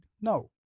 No